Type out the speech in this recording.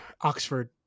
Oxford